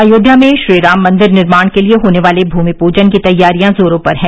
अयोध्या में श्रीराम मंदिर निर्माण के लिए होने वाले भूमि प्रजन की तैयारियां जोरों पर हैं